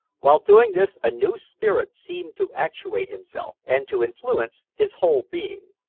while doing this a new spirit seemed to actuate himself, and to influence his whole being.